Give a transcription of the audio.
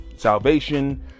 salvation